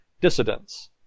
dissidents